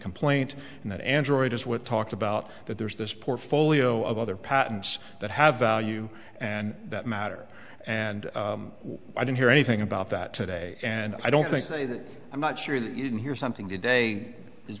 that android is what talked about that there's this portfolio of other patents that have value and that matter and i didn't hear anything about that today and i don't think i'm not sure that you didn't hear something today is